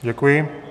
Děkuji.